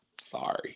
Sorry